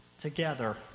together